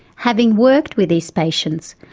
having worked with these patients,